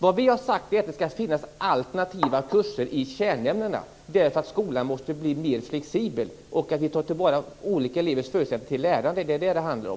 Vad vi har sagt är att det skall finnas alternativa kurser i kärnämnena för att skolan måste bli flexibel och för att vi vill ta till vara olika elevers förutsättningar för lärande. Det är vad det handlar om.